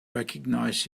recognize